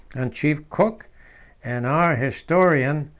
and chief cook and our historian,